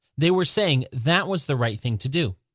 they were saying that was the right thing to do.